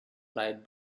flight